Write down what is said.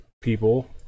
people